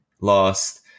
Lost